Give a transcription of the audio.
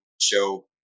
show